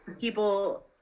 people